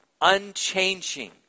unchanging